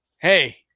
hey